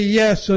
yes